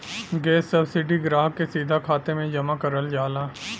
gas subsidy ग्राहक के सीधा खाते में जमा करल जाला